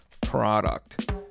product